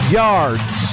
yards